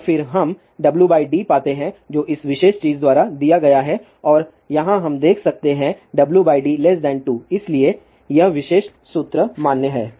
और फिर हम Wd पाते हैं जो इस विशेष चीज द्वारा दिया गया है और यहां हम देख सकते हैं Wd2 इसलिए यह विशेष सूत्र मान्य है